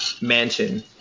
mansion